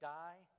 die